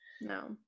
No